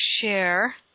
share